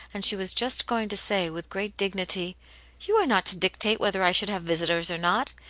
and she was just going to say, with great dignity you are not to dictate whether i should have visitors or not!